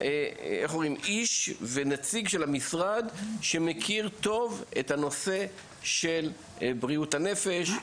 איש ונציג של המשרד שמכיר טוב את הנושא של בריאות הנפש,